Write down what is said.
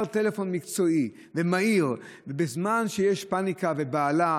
טלפון מקצועי ומהיר בזמן שיש פניקה ובהלה,